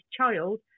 child